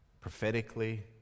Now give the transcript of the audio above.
prophetically